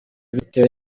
bitewe